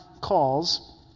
calls